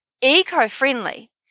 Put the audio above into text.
eco-friendly